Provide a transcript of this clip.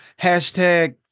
hashtag